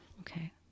Okay